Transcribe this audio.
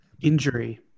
Injury